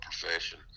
profession